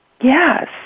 Yes